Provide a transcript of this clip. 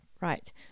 right